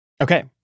Okay